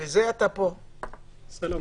בסדר.